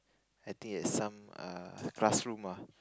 I think at some err classroom ah